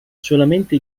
solamente